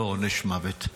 לא עונש מוות.